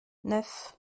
neuf